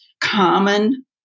common